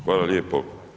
Hvala lijepo.